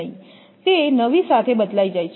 તે નવી સાથે બદલાઈ જાય છે